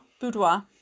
Boudoir